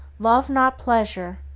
love not pleasure,